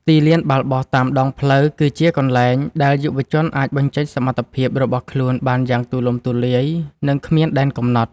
ទីលានបាល់បោះតាមដងផ្លូវ គឺជាកន្លែងដែលយុវជនអាចបញ្ចេញសមត្ថភាពរបស់ខ្លួនបានយ៉ាងទូលំទូលាយ និងគ្មានដែនកំណត់។